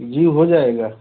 जी हो जाएगा